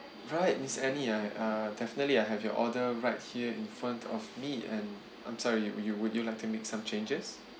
right miss annie I uh definitely I have your order right here in front of me and I'm sorry would you would you like to make some changes